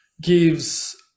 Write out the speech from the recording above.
gives